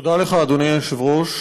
תודה לך, אדוני היושב-ראש.